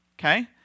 Okay